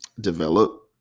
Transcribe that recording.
develop